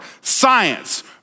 science